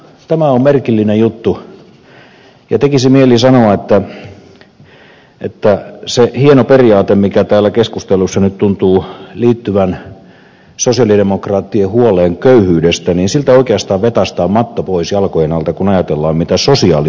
tämä on merkillinen juttu ja tekisi mieli sanoa että siltä hienolta periaatteelta mikä täällä keskustelussa nyt tuntuu liittyvän sosialidemokraattien huoleen köyhyydestä oikeastaan vetäistään matto pois jalkojen alta kun ajatellaan mitä sosiaalitupolla tehtiin